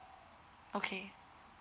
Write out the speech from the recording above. okay